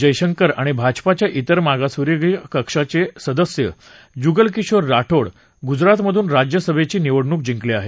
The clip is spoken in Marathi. जयशंकर आणि भाजपाच्या तिर मागासवर्गीय कक्षाचे सदस्य जुगलकिशोर ठाकोर गुजरातमधून राज्यसभेची निवडणूक जिंकले आहेत